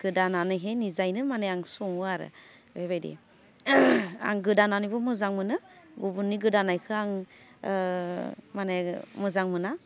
गोदानानैहै निजायैनो माने आं सङो आरो बेबायदि आं गोदानानैबो मोजां मोनो गुुबुननि गोदानायखौ आं माने मोजां मोना